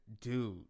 dude